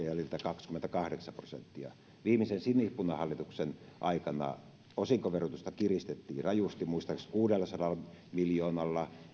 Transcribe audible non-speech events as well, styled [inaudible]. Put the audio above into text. [unintelligible] jäljiltä kaksikymmentäkahdeksan prosenttia viimeisen sinipunahallituksen aikana osinkoverotusta kiristettiin rajusti muistaakseni kuudellasadalla miljoonalla